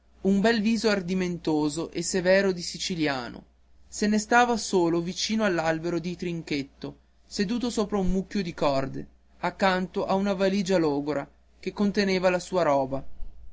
un bel viso ardimentoso e severo di siciliano se ne stava solo vicino all'albero di trinchetto seduto sopra un mucchio di corde accanto a una valigia logora che conteneva la sua roba